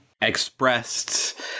expressed